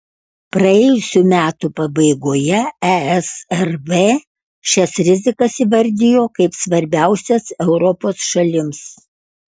praėjusių metų pabaigoje esrv šias rizikas įvardijo kaip svarbiausias europos šalims